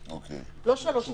לא בשלוש קריאות.